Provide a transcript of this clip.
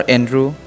Andrew